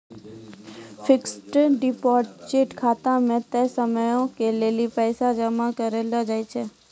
fixed deposit खाता मे तय समयो के लेली पैसा जमा करलो जाय छै